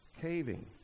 caving